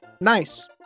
Nice